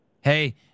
Hey